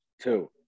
two